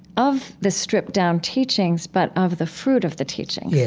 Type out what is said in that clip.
of the stripped-down teachings, but of the fruit of the teachings, yeah